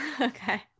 Okay